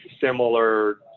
similar